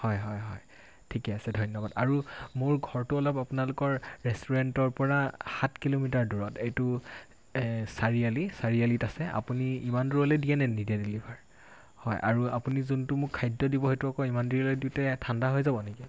হয় হয় ঠিকে আছে ধন্যবাদ আৰু মোৰ ঘৰটো অলপ আপোনালোকৰ ৰেষ্টুৰেণ্টৰ পৰা সাত কিলোমিটাৰ দূৰত এইটো চাৰিআলি চাৰিআলিত আছে আপুনি ইমান দূৰলৈ দিয়েনে নিদিয়ে ডেলিভাৰ হয় আৰু আপুনি যোনটো মোক খাদ্য দিব সেইটো আকৌ ইমান দূৰলৈ দিওঁতে ঠাণ্ডা হৈ যাব নেকি